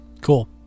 Cool